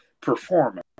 performance